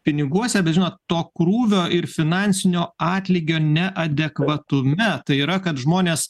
piniguose bet žinot to krūvio ir finansinio atlygio neadekvatume tai yra kad žmonės